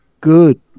good